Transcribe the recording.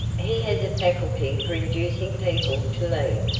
he has a faculty for inducing people to leave,